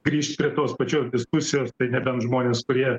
grįžt prie tos pačios diskusijos tai nebent žmonės kurie